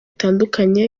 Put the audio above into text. bitandukanye